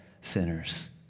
sinners